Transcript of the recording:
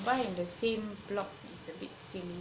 buy in the same block is a bit similar